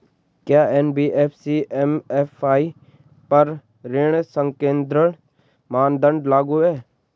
क्या NBFC MFI पर ऋण संकेन्द्रण मानदंड लागू हैं?